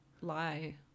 lie